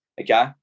okay